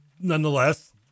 nonetheless